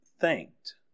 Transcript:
thanked